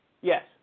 Yes